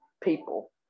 people